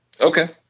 Okay